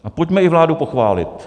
A pojďme i vládu pochválit.